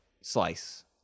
slice